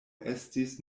estis